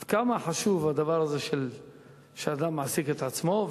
עד כמה חשוב הדבר הזה שאדם מעסיק את עצמו,